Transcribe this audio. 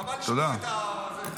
חבל לשמוע את זה.